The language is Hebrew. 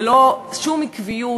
ללא שום עקביות,